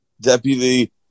Deputy